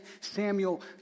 Samuel